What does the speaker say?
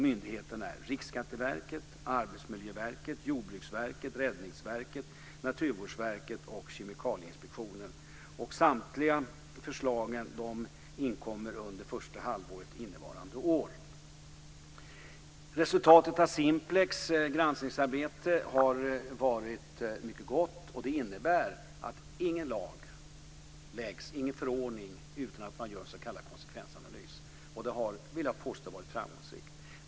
Myndigheterna är Riksskatteverket, Arbetsmiljöverket, Jordbruksverket, Räddningsverket, Naturvårdsverket och Kemikalieinspektionen. Samtliga förslag ska inkomma under första halvåret innevarande år. Resultatet av Simplex granskningsarbete har varit mycket gott. Det innebär att inget förslag till lag eller förordning läggs fram utan att man gör s.k. konsekvensanalys. Det har, vill jag påstå, varit framgångsrikt.